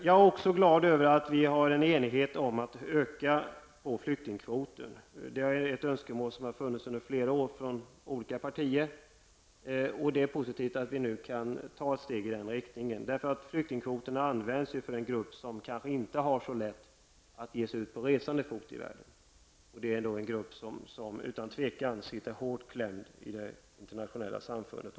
Jag är också glad över att vi är eniga om att öka flyktingkvoten. Det är ett önskemål som har funnits i flera år från olika partier. Det är positivt att vi nu kan ta steg i den riktningen. Flyktingkvoterna används för den grupp som kanske inte har så lätt att ge sig ut på resande fot i världen. Det är en grupp som utan tvivel är hårt klämd i det internationella samfundet.